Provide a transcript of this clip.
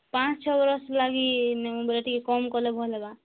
ପାଞ୍ଚ ଛଅ ବରଷ ଲାଗି ନେବୁ ବୋଲେ ଟିକେ କମ୍ କଲେ ଭଲ ହେବ